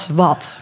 wat